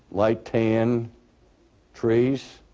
light tan trees,